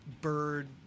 bird